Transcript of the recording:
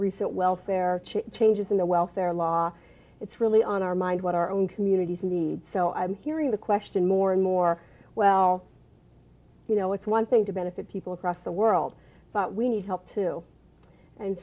recent welfare check changes in the welfare law it's really on our mind what our own communities need so i'm hearing the question more and more well you know it's one thing to benefit people across the world but we need help